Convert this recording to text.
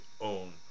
own